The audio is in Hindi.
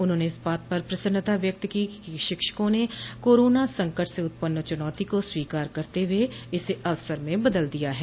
उन्होंने इस बात पर प्रसन्नता व्यक्त की कि शिक्षकों ने कोरोना संकट से उत्पन्न चुनौती को स्वीकार करते हुए इसे अवसर में बदल दिया है